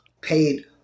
paid